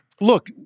Look